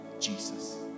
Jesus